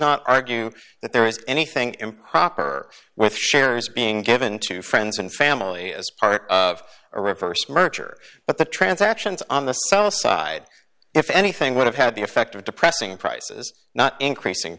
not argue that there is anything improper with shares being given to friends and family as part of a reverse merger but the transactions on the south side if anything would have had the effect of depressing prices not increasing